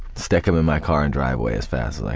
stick him in my car and drive away as fast like